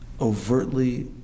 overtly